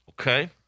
Okay